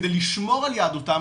כדי לשמור על יהדותם,